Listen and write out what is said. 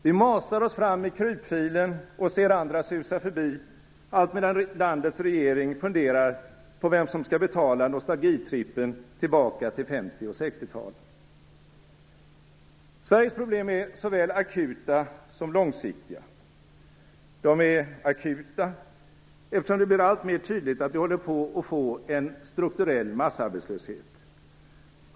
Vi masar oss fram i krypfilen och ser andra susa förbi, medan landets regering funderar på vem som skall betala nostalgitrippen tillbaka till 50 Sveriges problem är såväl akuta som långsiktiga. De är akuta, eftersom det blir alltmer tydligt att vi håller på att få en strukturell massarbetslöshet.